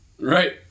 Right